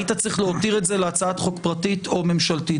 היית צריך להותיר את זה להצעת חוק פרטית או ממשלתית.